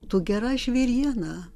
tu gera žvėriena